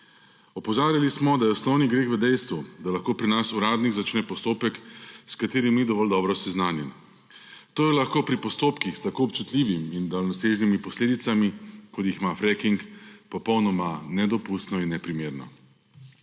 Opozarjali smo, da je osnovni greh v dejstvu, da lahko pri nas uradnik začne postopek, s katerim ni dovolj dobro seznanjen. To je lahko pri postopkih s tako občutljivim in daljnosežnimi posledicami, kot jih ima fracking, popolnoma nedopustno in neprimerno.